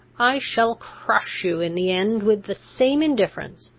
i shall crush you in the end with the same indifference,